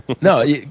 No